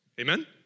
Amen